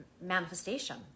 manifestation